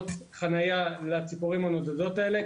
מקומות חניה לציפורים הנודדות האלה,